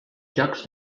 jocs